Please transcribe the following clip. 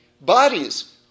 bodies